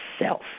self